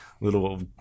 little